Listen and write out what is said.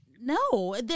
no